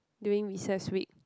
during recess week